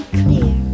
clear